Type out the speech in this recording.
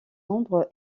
ombres